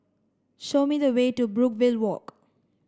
show me the way to Brookvale Walk